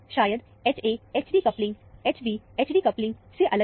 शायद Ha Hd coupling Hb Hd coupling से अलग है